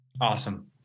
Awesome